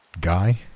Guy